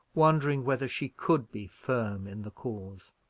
wondering whether she could be firm in the cause.